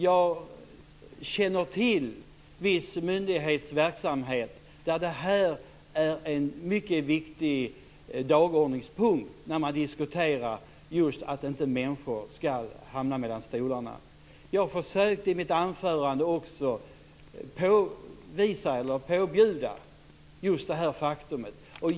Jag känner till myndighetsverksamhet där detta är en mycket viktig dagordningspunkt när man diskuterar, dvs. att människor inte skall hamna mellan stolarna. Jag försökte också i mitt anförande påvisa detta faktum.